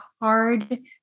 hard